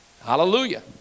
Hallelujah